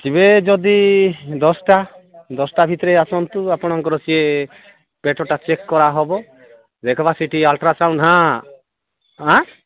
କେବେ ଯଦି ଦଶଟା ଦଶଟା ଭିତରେ ଆସନ୍ତୁ ଆପଣଙ୍କର ସିଏ ପେଟଟା ଚେକ୍ କରାହେବ ଦେଖିବା ସିଟି ଅଲଟ୍ରାସାଉଣ୍ଡ୍ ହାଁ ଆଁ